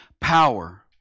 power